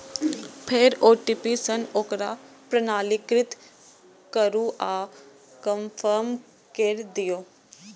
फेर ओ.टी.पी सं ओकरा प्रमाणीकृत करू आ कंफर्म कैर दियौ